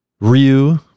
Ryu